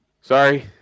Sorry